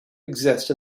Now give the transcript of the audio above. exist